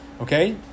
Okay